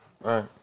Right